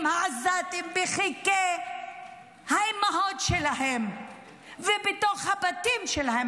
העזתים בחיק האימהות שלהם ובתוך הבתים שלהם.